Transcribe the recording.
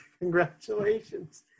congratulations